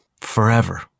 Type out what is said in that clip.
forever